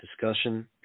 discussion